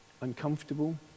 Uncomfortable